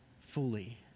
fully